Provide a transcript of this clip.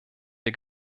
der